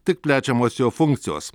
tik plečiamos jo funkcijos